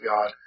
God